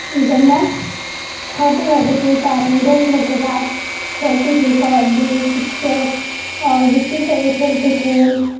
جب میں چھوٹی اوٹی تھی تو اپنے دوست لوگ کے ساتھ کھیلتی تھی کبڈی کرکٹ اور گٹی سے بھی کھیلتے تھی